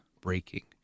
breaking